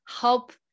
help